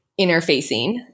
interfacing